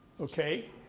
Okay